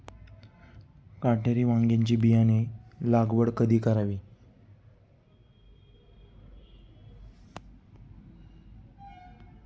काटेरी वांग्याची बियाणे लागवड कधी करावी?